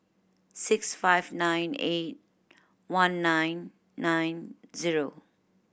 six five nine eight one nine nine zero